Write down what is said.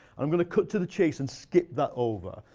i'm going to cut to the chase and skip that over,